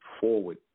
forward